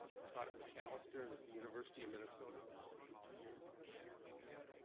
he taught at mcallister and at the university of minnesota for two years, then ran for senate.